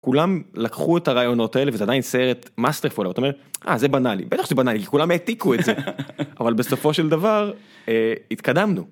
כולם לקחו את הרעיונות האלה וזה עדיין סרט masterfull אבל אתה אומר זה בנאלי בטח שזה בנאלי כולם העתיקו את זה אבל בסופו של דבר התקדמנו.